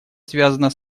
связано